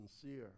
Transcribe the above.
sincere